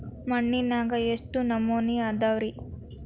ಮಣ್ಣಿನಾಗ ಎಷ್ಟು ನಮೂನೆ ಅದಾವ ರಿ?